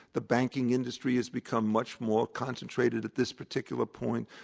the banking industry has become much more concentrated at this particular point.